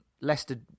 Leicester